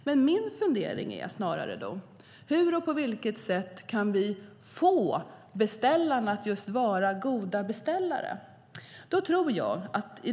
Men min fundering är snarare: Hur och på vilket sätt kan vi få beställarna att vara goda beställare?